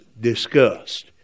discussed